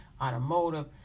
automotive